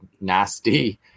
nasty